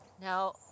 Now